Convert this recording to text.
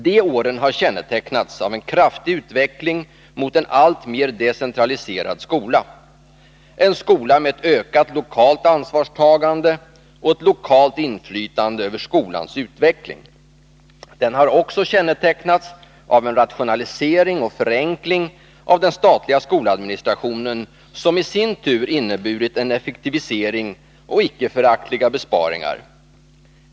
De åren har kännetecknats av en kraftig utveckling mot en alltmer decentraliserad skola, en skola med ökat lokalt ansvarstagande och ett lokalt inflytande över skolans utveckling. Den har också kännetecknats av en rationalisering och förenkling av den statliga skoladministrationen, som i sin tur inneburit en effektivisering och icke föraktliga besparingar.